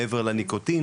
מעבר לניקוטין